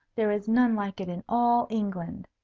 there is none like it in all england.